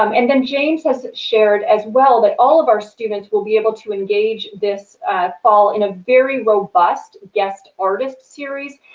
um and then james has shared as well that all of our students will be able to engage this fall in a very robust guest artist series,